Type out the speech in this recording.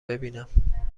ببینم